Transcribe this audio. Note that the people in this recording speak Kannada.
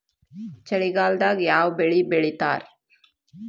ಚಳಿಗಾಲದಾಗ್ ಯಾವ್ ಬೆಳಿ ಬೆಳಿತಾರ?